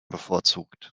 bevorzugt